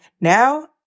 Now